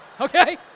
okay